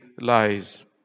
lies